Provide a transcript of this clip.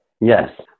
Yes